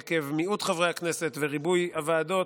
עקב מיעוט חברי הכנסת וריבוי הוועדות,